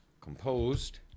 composed